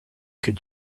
could